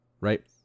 Right